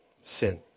sin